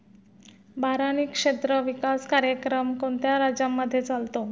बारानी क्षेत्र विकास कार्यक्रम कोणत्या राज्यांमध्ये चालतो?